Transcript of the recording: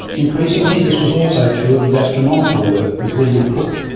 increasingly, this was also true of his astronomical work with william cooke,